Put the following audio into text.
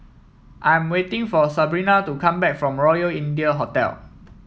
I'm waiting for Sabrina to come back from Royal India Hotel